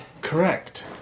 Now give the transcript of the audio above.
Correct